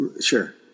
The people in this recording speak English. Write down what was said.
Sure